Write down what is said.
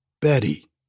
Betty